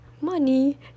money